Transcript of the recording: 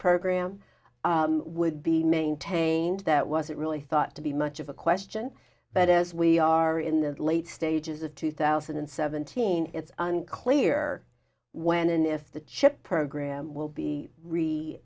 program would be maintained that wasn't really thought to be much of a question but as we are in the late stages of two thousand and seventeen it's unclear when and if the chip program will be re